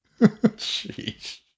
Sheesh